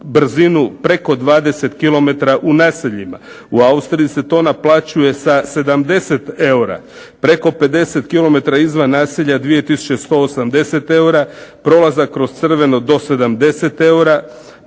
brzinu preko 20 km u naseljima, u Austriji se to naplaćuje sa 70 eura, preko 50 km izvan naselja 2180 eura, prolazak kroz crveno do 70 eura,